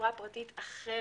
לחברה פרטית אחרת.